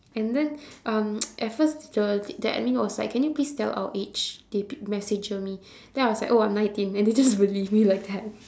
and then um at first the the admin was like can you please tell our age they P~ messenger me then I was like oh I'm nineteen then they just believed me like that